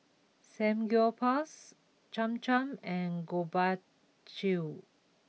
Samgyeopsal Cham Cham and Gobchang Gui